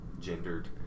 Gendered